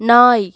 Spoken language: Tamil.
நாய்